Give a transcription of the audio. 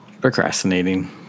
Procrastinating